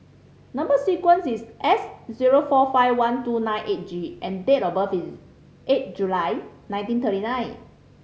number sequence is S zero four five one two nine eight G and date of birth is eight July nineteen thirty nine